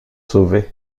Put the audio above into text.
sauvé